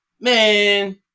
Man